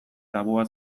tabua